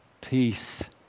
peace